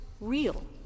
real